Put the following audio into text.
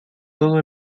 todo